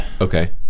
Okay